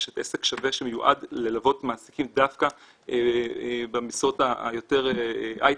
יש עסק שווה שמיועד ללוות מעסיקים דווקא במשרות של הייטק,